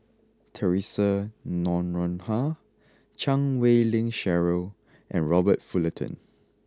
Theresa Noronha Chan Wei Ling Cheryl and Robert Fullerton